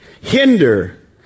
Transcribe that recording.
hinder